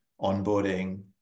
onboarding